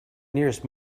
nearest